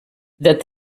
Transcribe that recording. that